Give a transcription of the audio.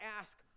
ask